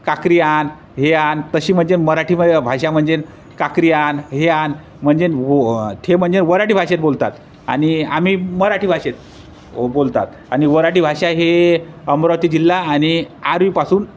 काकरी आणि हे आणि तशी म्हणजे मराठी भ भाषा म्हणजे काकरी आणि हे आणि म्हणजे न वो ते म्हणजे वऱ्हाडी भाषेत बोलतात आणि आम्ही मराठी भाषेत बोलतात आणि वऱ्हाडी भाषा हे अमरावती जिल्हा आणि आर्वीपासून